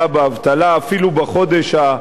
אפילו בחודש האחרון,